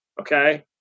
Okay